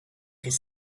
could